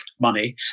money